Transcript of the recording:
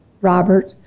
Robert